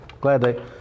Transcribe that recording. Gladly